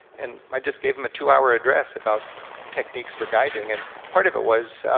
and i just gave em a two hour address about techniques for guiding, and part of it was,